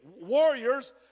warriors